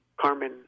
Carmen